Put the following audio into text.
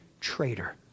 traitor